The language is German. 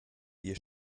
dir